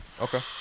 okay